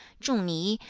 zhong ni,